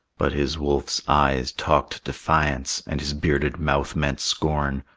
but his wolf's eyes talked defiance, and his bearded mouth meant scorn.